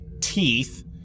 teeth